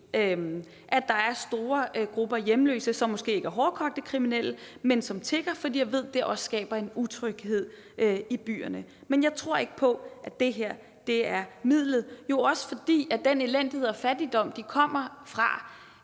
at der er store grupper hjemløse, som måske ikke er hårdkogte kriminelle, men som tigger, for jeg ved, at det også skaber utryghed i byerne. Men jeg tror ikke på, at det her er midlet. For de kommer fra elendighed og fattigdom, og jeg tror